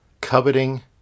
coveting